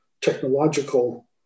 technological